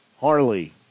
Harley